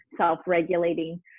self-regulating